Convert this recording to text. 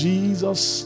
Jesus